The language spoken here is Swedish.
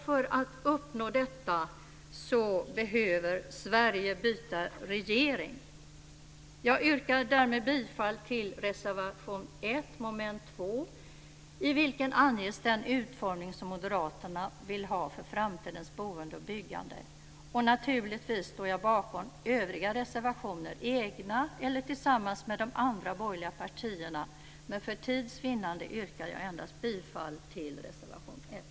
För att uppnå detta behöver Sverige byta regering! Jag yrkar därmed bifall till reservation 1 under mom. 2, i vilken anges den utformning som moderaterna vill ha för framtidens boende och byggande. Naturligtvis står jag bakom övriga reservationer - egna eller tillsammans med de andra borgerliga partierna - men för tids vinnande yrkar jag endast bifall till reservation 1.